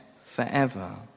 forever